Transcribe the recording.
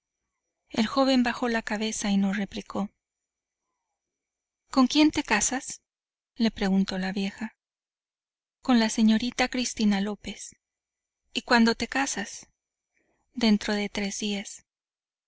el joven bajó la cabeza y no replicó con quién te casas le preguntó la vieja con la señorita cristina lópez y cuándo te casas dentro de tres días